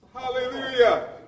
Hallelujah